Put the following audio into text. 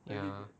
ya